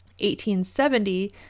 1870